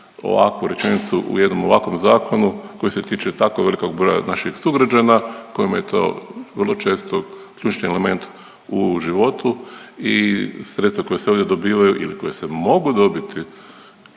ovakvu rečenicu u jednom ovakvom zakonu koji se tiče tako velikog broja naših sugrađana kojima je to vrlo često ključni element u životu i sredstva koja se ovdje dobivaju ili koja se mogu dobiti